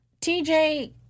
TJ